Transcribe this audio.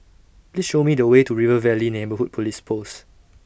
Please Show Me The Way to River Valley Neighbourhood Police Post